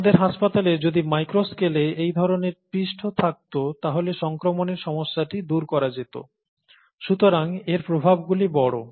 আমাদের হাসপাতালে যদি মাইক্রো স্কেলে এই ধরণের পৃষ্ঠ থাকত তাহলে সংক্রমণের সমস্যাটি দূর করা যেত সুতরাং এর প্রভাবগুলি বড়